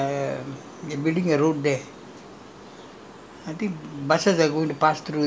ya I saw that there is a road there you know the they building a road there